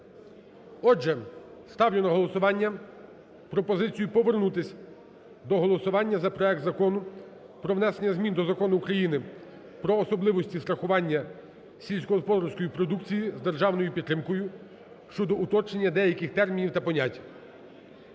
Отже, ставлю на голосування пропозицію повернутись до голосування за проект Закону про внесення змін до Закону України "Про особливості страхування сільськогосподарської продукції з державною підтримкою" (щодо уточнення деяких термінів та понять)